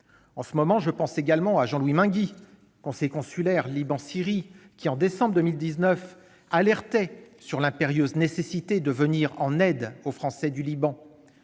En ce moment, je pense également à Jean-Louis Mainguy, conseiller consulaire Liban-Syrie, qui, en décembre 2019, alertait sur l'impérieuse nécessité de venir en aide aux Français du Liban.